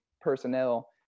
personnel